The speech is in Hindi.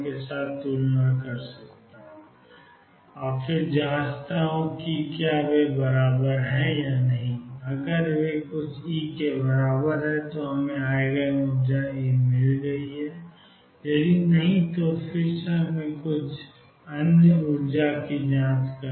right दाएं से करता हूं और जांचता हूं कि वे बराबर हैं या नहीं अगर वे कुछ ई के बराबर हैं तो हमें ईजिन ऊर्जा ई मिल गई है यदि नहीं तो हम फिर से जाते हैं कुछ अन्य ऊर्जा और जाँच करें